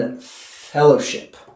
fellowship